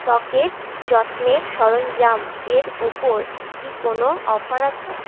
ত্বকের যত্নের সরঞ্জাম এর ওপর কি কোনো অফার আছে